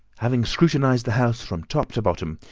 having scrutinised the house from top to bottom,